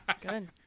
Good